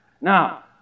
Now